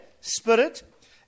spirit